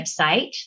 website